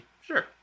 sure